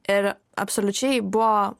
ir absoliučiai buvo